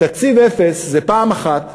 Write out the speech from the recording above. תקציב אפס זה פעם אחת,